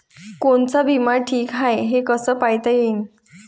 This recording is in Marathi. कोनचा बिमा ठीक हाय, हे कस पायता येईन?